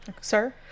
Sir